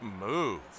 move